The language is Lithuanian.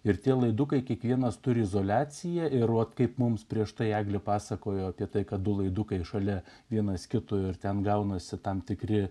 ir tie laidukai kiekvienas turi izoliaciją ir vot kaip mums prieš tai eglė pasakojo apie tai kad du laidukai šalia vienas kito ir ten gaunasi tam tikri